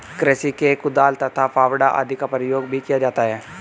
कृषि में कुदाल तथा फावड़ा आदि का प्रयोग भी किया जाता है